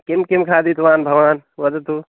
किं किं खादितवान् भवान् वदतु